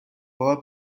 بار